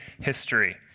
History